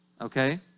okay